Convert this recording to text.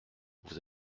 vous